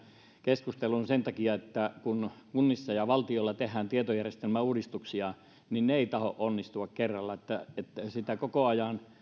keskusteluun sen takia että kun kunnissa ja valtiolla tehdään tietojärjestelmäuudistuksia ne eivät tahdo onnistua kerralla siitä koko ajan